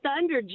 thunder